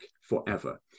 forever